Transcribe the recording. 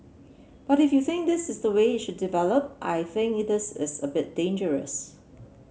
but if you think this is the way it should develop I think it is a bit dangerous